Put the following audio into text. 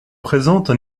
présentes